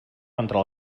contra